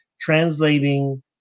translating –